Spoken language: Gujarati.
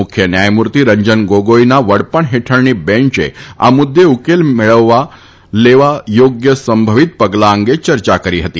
મુખ્ય ન્યાયમૂર્તિ રં ન ગામાઇના વડપણ હેઠળની બેંચાઆ મુદ્વાઉકેલ મળવવા લક્ષા યાત્રાય સંભવિત પગલાં અંગાવર્ચા કરી હતી